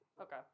okay